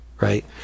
right